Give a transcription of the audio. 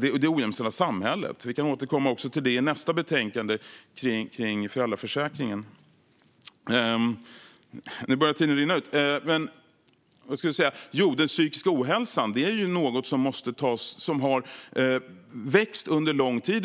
det ojämställda samhället. Vi kan återkomma till det i nästa bestänkande kring föräldraförsäkringen. Den psykiska ohälsan har vuxit under lång tid.